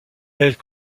elles